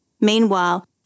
Meanwhile